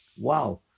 Wow